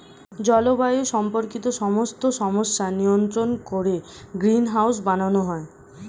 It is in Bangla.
জলবায়ু সম্পর্কিত সমস্ত সমস্যা নিয়ন্ত্রণ করে গ্রিনহাউস বানানো হয়